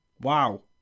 Wow